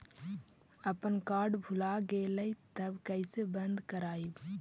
अपन कार्ड भुला गेलय तब कैसे बन्द कराइब?